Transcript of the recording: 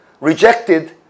rejected